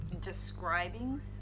describing